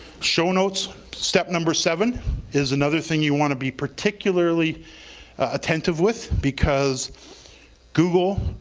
show notes, step number seven is another thing you want to be particular like attentive with because google,